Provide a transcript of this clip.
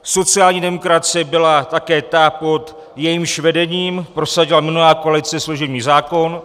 Sociální demokracie byla také ta, pod jejímž vedením prosadila minulá koalice služební zákon.